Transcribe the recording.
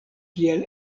kiel